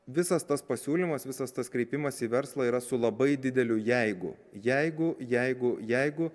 visas tas pasiūlymas visas tas kreipimas į verslą yra su labai dideliu jeigu jeigu jeigu jeigu